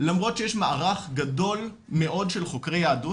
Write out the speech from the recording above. למרות שיש מערך גדול מאוד של חוקרי יהדות,